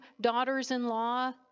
daughters-in-law